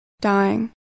dying